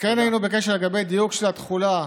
כן היינו בקשר לגבי הדיוק של התחולה,